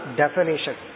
definition